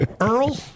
earl